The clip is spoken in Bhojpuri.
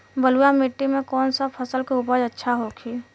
बलुआ मिट्टी में कौन सा फसल के उपज अच्छा होखी?